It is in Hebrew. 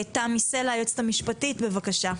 תמי סלע, היועצת המשפטית, בבקשה.